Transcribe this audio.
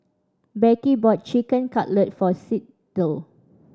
Beckie bought Chicken Cutlet for Sydell